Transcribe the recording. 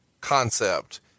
concept